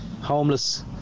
homeless